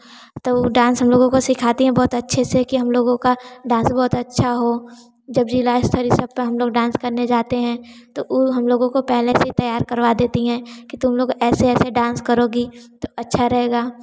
तब वह डांस हम लोगों को सिखाती हैं बहुत अच्छे से कि हम लोगों का डांस बहुत अच्छा हो जब भी राजस्थानी सॉन्ग पर हम लोग डांस करने जाते हैं तो वह हम लोगों को पहले से तैयार करवा देती हैं तुम लोग ऐसे ऐसे डांस करोगी अच्छा तो रहेगा